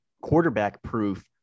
quarterback-proof